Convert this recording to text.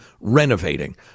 renovating